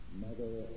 mother